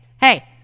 hey